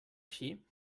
així